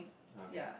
ah okay